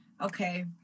Okay